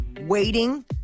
waiting